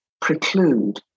preclude